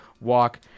walk